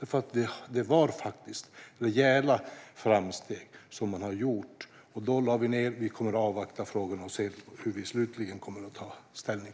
Man hade faktiskt gjort rejäla framsteg, och därför lade vi ned vår röst. Vi kommer att avvakta frågan och se hur vi slutligen kommer att ta ställning.